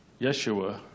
Yeshua